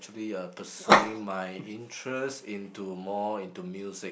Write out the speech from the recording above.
actually uh pursuing my interest into more into music